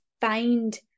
find